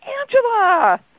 Angela